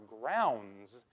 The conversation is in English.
grounds